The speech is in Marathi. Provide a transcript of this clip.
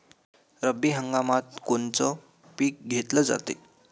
रब्बी हंगामात कोनचं पिक घेतलं जाते?